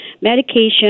medication